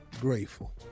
grateful